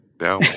now